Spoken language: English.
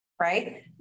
right